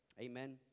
Amen